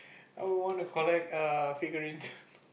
I would want to collect figurines